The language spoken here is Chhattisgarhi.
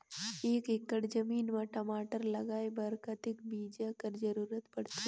एक एकड़ जमीन म टमाटर लगाय बर कतेक बीजा कर जरूरत पड़थे?